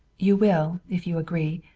you will, if you agree,